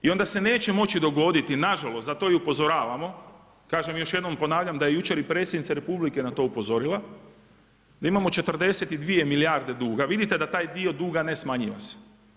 I onda se neće moći dogoditi, nažalost, zato i upozoravamo, još jednom ponavljam da je i Predsjednica Republike na to upozorila, da imamo 42 milijarde duga, vidite da taj dio duga ne smanjiva se.